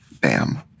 bam